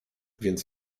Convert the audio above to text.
więc